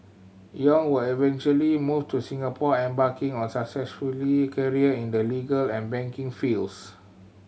Yong would eventually move to Singapore embarking on successful career in the legal and banking fields